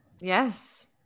yes